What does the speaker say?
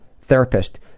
Therapist